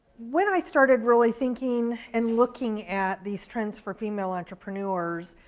when i started really thinking and looking at these trends for female entrepreneurs,